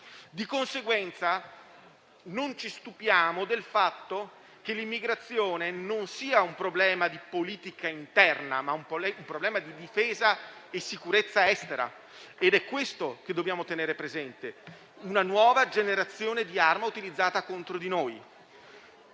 Di conseguenza, non ci stupiamo del fatto che l'immigrazione non sia un problema di politica interna, ma un problema di difesa e sicurezza estera ed è questo che dobbiamo tenere presente: una nuova generazione di arma utilizzata contro di noi.